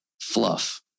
fluff